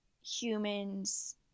humans